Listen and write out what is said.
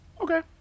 Okay